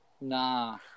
Nah